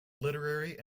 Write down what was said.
literary